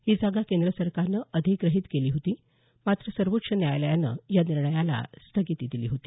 ही जागा केंद्र सरकारनं अधिग्रहीत केली होती मात्र सर्वोच्च न्यायालयानं या निर्णयाला स्थगिती दिली होती